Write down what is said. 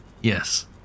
yes